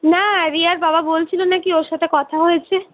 না রিয়ার বাবা বলছিল নাকি ওর সাথে কথা হয়েছে